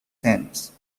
sense